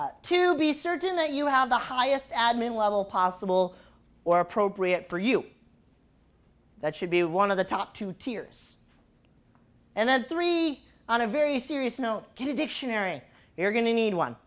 don't to be certain that you have the highest admin level possible or appropriate for you that should be one of the top two tiers and then three on a very serious note good dictionary you're going to need one